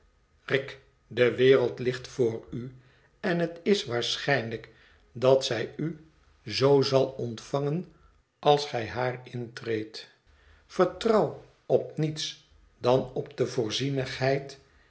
rick de wereld ligt voor u en het is waarschijnlijk dat zij u z zal ontvangen als gij haar intreedt vertrouw op niets dan op de